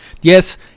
Yes